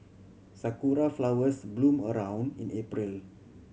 sakura flowers bloom around in April